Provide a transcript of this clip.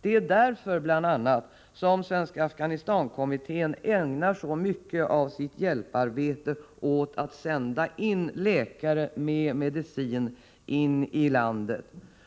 Det är bl.a. därför som Svenska Afghanistan-kommittén ägnar så mycket av sitt hjälparbete åt att sända läkare med medicin in i landet.